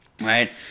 right